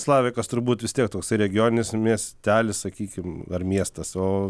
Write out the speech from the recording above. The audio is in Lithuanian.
slavikas turbūt vis tiek toks regioninis miestelis sakykim ar miestas o